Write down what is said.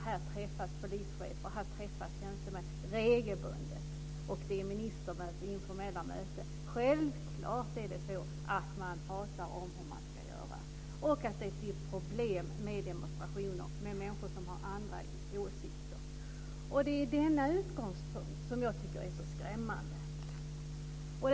Här träffas polischefer och tjänstemän regelbundet, och det är ministermöten och informella möten. Det är självklart att man pratar om hur man ska göra och att det är problem med demonstrationer, med människor som har andra åsikter. Det är denna utgångspunkt som jag tycker är så skrämmande.